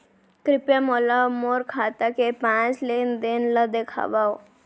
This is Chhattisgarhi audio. कृपया मोला मोर खाता के पाँच लेन देन ला देखवाव